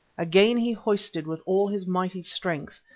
again he hoisted with all his mighty strength,